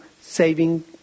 saving